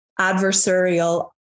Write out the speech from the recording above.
Adversarial